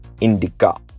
Indica